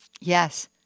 Yes